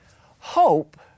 Hope